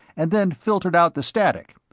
and then filtered out the static.